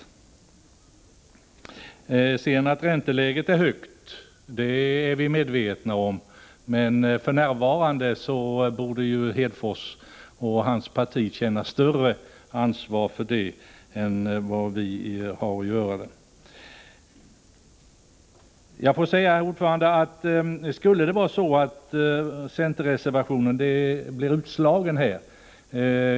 Vi är medvetna om att ränteläget är högt, men för närvarande borde Lars Hedfors och hans parti känna större ansvar för det än vad vi har anledning att göra.